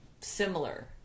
similar